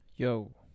Yo